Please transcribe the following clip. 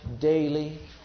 daily